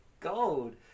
gold